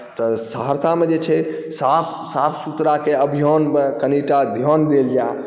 तऽ सहरसामे जे छै साफ सुथड़ाके अभियानमे कनिटा ध्यान देल जाय